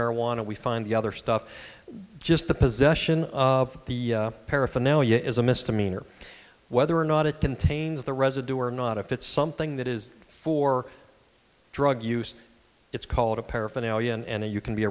marijuana we find the other stuff just the possession of the paraphernalia is a misdemeanor whether or not it contains the residue or not if it's something that is for drug use it's called a paraphernalia and you can be